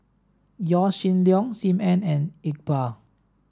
Yaw Shin Leong Sim Ann and Iqbal